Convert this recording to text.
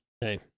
Hey